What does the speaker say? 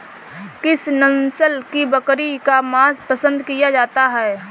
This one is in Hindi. किस नस्ल की बकरी का मांस पसंद किया जाता है?